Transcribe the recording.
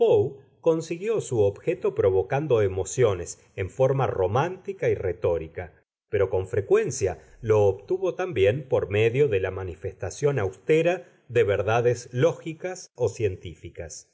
consiguió su objeto provocando emociones en forma romántica y retórica pero con frecuencia lo obtuvo también por medio de la manifestación austera de verdades lógicas o científicas